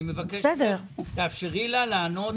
אני מבקש ממך, תאפשרי לה לענות בשלמות.